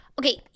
Okay